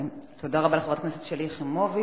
תודה רבה לחברת הכנסת שלי יחימוביץ.